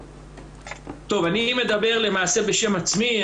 אני מדבר למעשה בשם עצמי.